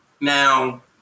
Now